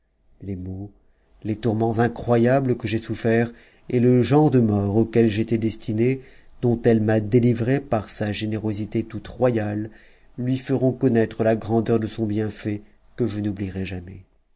les maux les tourments incroyables que j'ai soufferts et le genre de mort auquel j'étais destiné dont elle m'a délivré par sa générosité toute royale lui ëront connaître la grandeur de son bienfait que je n'oublierai jamais